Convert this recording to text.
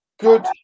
good